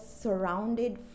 surrounded